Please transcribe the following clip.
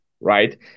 right